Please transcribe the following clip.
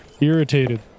Irritated